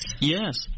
Yes